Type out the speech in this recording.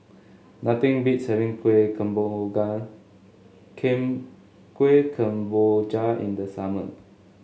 nothing beats having king Kueh Kemboja in the summer